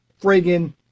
friggin